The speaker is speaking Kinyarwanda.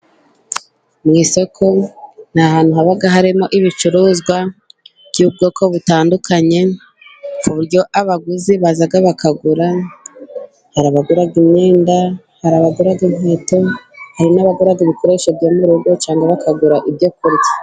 Mu isoko ni ahantu haba harimo ibicuruzwa by'ubwoko butandukanye, ku buryo abaguzi baza bakagura imyenda, hari abagura inkweto hari n'abagurara ibikoresho byo mu rugo cyangwa bakagura ibyo kurya.